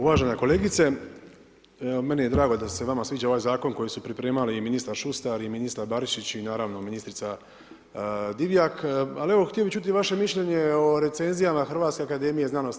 Uvažena kolegice, meni je drago da se vama sviđa ovaj zakon koji su pripremali i ministar Šustar i ministar Barišić i naravno ministrica Divjak, ali evo htio bi čuti vaše mišljenje o recenzijama HAZU-a.